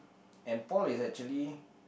and Paul is actually